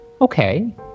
okay